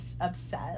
upset